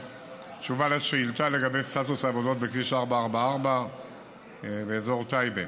תשובה על שאילתה לגבי סטטוס העבודות בכביש 444 באזור טייבה.